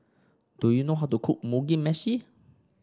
do you know how to cook Mugi Meshi